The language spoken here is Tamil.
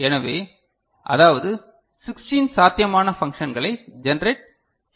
எனவே அதாவது 16 சாத்தியமான பண்க்ஷன்களை ஜெனரேட் செய்ய முடியும்